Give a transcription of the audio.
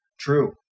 True